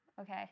okay